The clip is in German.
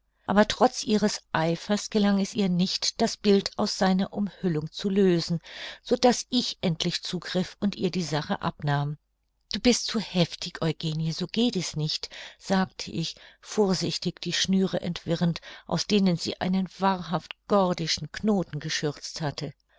aber trotz ihres eifers gelang es ihr nicht das bild aus seiner umhüllung zu lösen so daß ich endlich zugriff und ihr die sache abnahm du bist zu heftig eugenie so geht es nicht sagte ich vorsichtig die schnüre entwirrend aus denen sie einen wahrhaft gordischen knoten geschürzt hatte